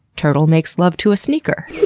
turtle makes love to a sneaker,